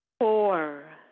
Four